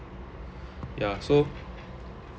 yeah so